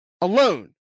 alone